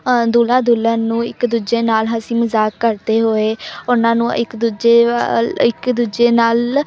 ਦੁਲ੍ਹਾ ਦੁਲਹਨ ਨੂੰ ਇੱਕ ਦੂਜੇ ਨਾਲ ਹਸੀ ਮਜ਼ਾਕ ਕਰਦੇ ਹੋਏ ਉਹਨਾਂ ਨੂੰ ਇੱਕ ਦੂਜੇ ਵੱ ਇੱਕ ਦੂਜੇ ਨਾਲ